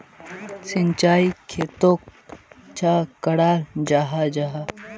सिंचाई खेतोक चाँ कराल जाहा जाहा?